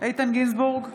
איתן גינזבורג,